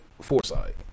foresight